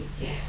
yes